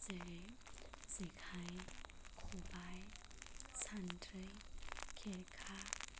जेरै जेखाय खबाय सान्द्रै खेरखा